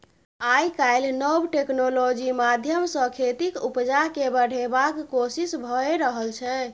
आइ काल्हि नब टेक्नोलॉजी माध्यमसँ खेतीक उपजा केँ बढ़ेबाक कोशिश भए रहल छै